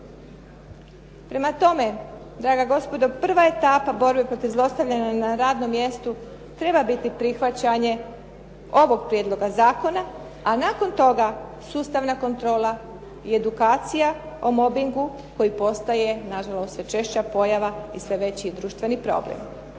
Prema tome, draga gospodo, prva etapa borbe protiv zlostavljanja na radnom mjestu treba biti prihvaćanje ovog prijedloga zakona, a nakon toga sustavna kontrola i edukacija o mobingu koji postaje nažalost sve češća pojava i sve veći društveni problem.